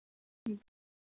ம்